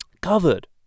covered